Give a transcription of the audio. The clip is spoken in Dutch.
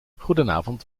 goedenavond